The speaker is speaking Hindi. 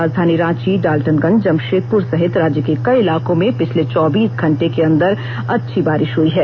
राजधानी रांची डाल्टनगंज जमशेदपुर सहित राज्य के कई इलाकों में पिछले चौंबीस घंटे के अंदर अच्छी बारिश हुई है